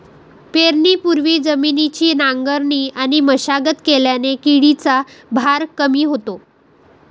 पेरणीपूर्वी जमिनीची नांगरणी आणि मशागत केल्याने किडीचा भार कमी होतो